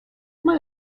mal